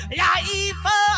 life